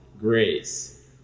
grace